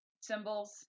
symbols